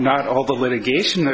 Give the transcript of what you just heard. not all the litigation